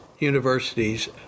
Universities